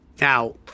Now